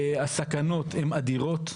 הסכנות הן אדירות.